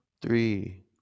three